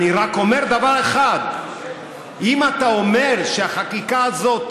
אני רק אומר דבר אחד: אם אתה אומר שהחקיקה הזאת